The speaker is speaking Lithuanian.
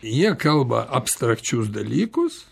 jie kalba abstrakčius dalykus